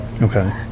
Okay